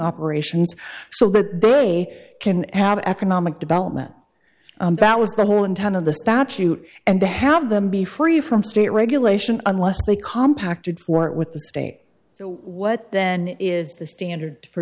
operations so that they can have economic development that was the whole intent of the statute and to have them be free from state regulation unless they compact it for it with the state so what then is the standard for